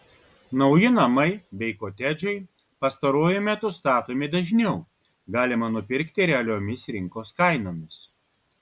nauji namai bei kotedžai pastaruoju metu statomi dažniau galima nupirkti realiomis rinkos kainomis